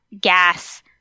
gas